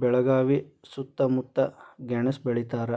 ಬೆಳಗಾವಿ ಸೂತ್ತಮುತ್ತ ಗೆಣಸ್ ಬೆಳಿತಾರ,